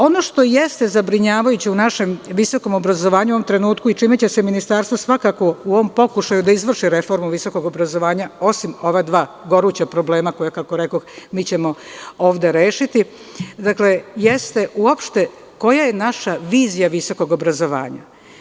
Ono što jeste zabrinjavajuće u našem visokom obrazovanju u ovom trenutku i čime će se Ministarstvo svakako pozabaviti u ovom pokušaju da izvrši reformu visokog obrazovanja, osim ova dva goruća problema koja ćemo, kako rekoh, mi ovde rešiti, jeste uopšte koja je naša vizija visokog obrazovanja?